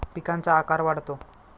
पिकांचा आकार वाढतो